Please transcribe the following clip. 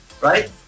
Right